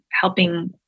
helping